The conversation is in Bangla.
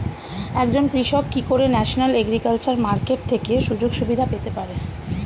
একজন কৃষক কি করে ন্যাশনাল এগ্রিকালচার মার্কেট থেকে সুযোগ সুবিধা পেতে পারে?